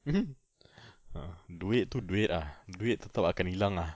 mmhmm a'ah duit itu duit ah duit itu tak akan hilang lah